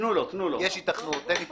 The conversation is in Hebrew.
יש היתכנות, אין היתכנות,